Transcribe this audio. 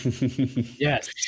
Yes